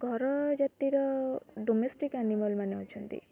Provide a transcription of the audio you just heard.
ଘର ଜାତିର domestic animal ମାନେ ଅଛନ୍ତି